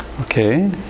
Okay